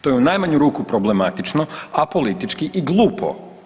To je u najmanju problematično, a politički i glupo.